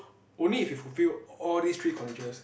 only if you fulfill all these three conditions